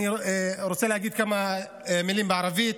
אני רוצה להגיד כמה מילים בערבית.